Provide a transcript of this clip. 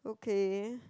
okay